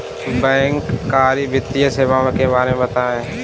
बैंककारी वित्तीय सेवाओं के बारे में बताएँ?